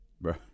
Bro